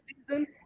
season